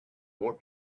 more